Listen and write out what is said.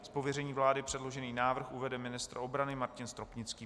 Z pověření vlády předložený návrh uvede ministr obrany Martin Stropnický.